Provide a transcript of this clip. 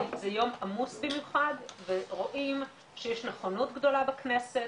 זה יום עמוס במיוחד ורואים שיש נכונות גדולה בכנסת,